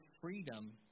freedom